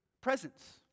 presence